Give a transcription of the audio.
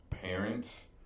Parents